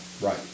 Right